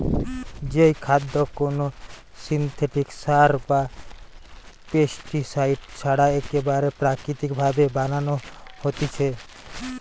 যেই খাদ্য কোনো সিনথেটিক সার বা পেস্টিসাইড ছাড়া একেবারে প্রাকৃতিক ভাবে বানানো হতিছে